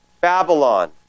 Babylon